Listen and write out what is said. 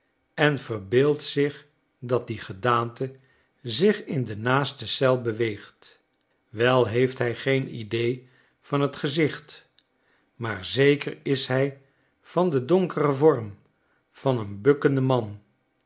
en verbeeldt zich dat die gedaante zich in de naaste eel beweegt wel heeft hi geen idee van j t gezicht maar zeker is hij van den donkeren yorm van een bukkenden man